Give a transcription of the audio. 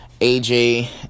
aj